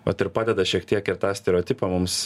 vat ir padeda šiek tiek ir tą stereotipą mums